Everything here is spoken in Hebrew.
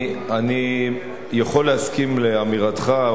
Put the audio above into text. אני יכול להסכים לאמירתך,